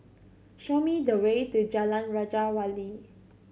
show me the way to Jalan Raja Wali